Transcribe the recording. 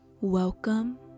Welcome